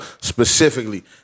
Specifically